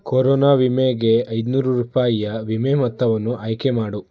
corona ವಿಮೆಗೆ ಐದ್ನೂರು ರೂಪಾಯಿಯ ವಿಮೆ ಮೊತ್ತವನ್ನು ಆಯ್ಕೆ ಮಾಡು